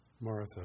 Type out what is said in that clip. Martha